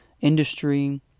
industry